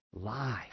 life